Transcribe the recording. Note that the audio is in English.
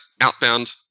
outbound